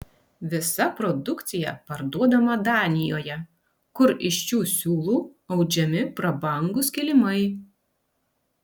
visa produkcija parduodama danijoje kur iš šių siūlų audžiami prabangūs kilimai